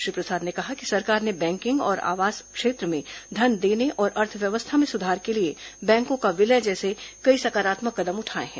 श्री प्रसाद ने कहा कि सरकार ने बैंकिंग और आवास क्षेत्र में धन देने और अर्थव्यवस्था में सुधार के लिए बैंकों का विलय जैसे कई सकारात्मक कदम उठाए हैं